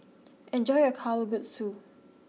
enjoy your Kalguksu